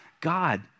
God